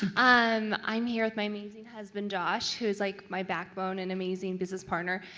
i'm i'm here with my amazing husband josh who is like my backbone and amazing business partner.